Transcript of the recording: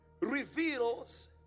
reveals